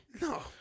No